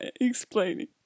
explaining